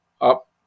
up